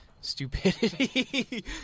stupidity